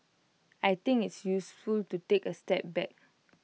I think it's useful to take A step back